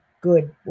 good